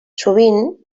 sovint